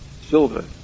silver